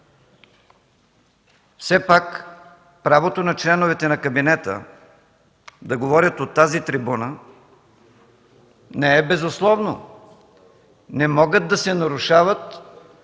все пак правото на членовете на кабинета да говорят от тази трибуна не е безусловно. Не могат да се нарушават